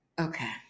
Okay